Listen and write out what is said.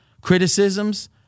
criticisms